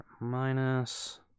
Minus